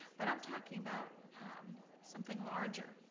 but i'm talking about something larger.